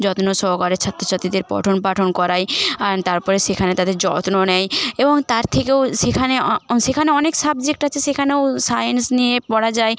যত্ন সহকারে ছাত্র ছাত্রীদের পঠনপাঠন করায় আর তারপরে সেখানে তাদের যত্ন নেয় এবং তার থেকেও সেখানে অ অ সেখানে অনেক সাবজেক্ট আছে সেখানেও সাইন্স নিয়ে পড়া যায়